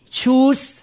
choose